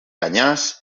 canyars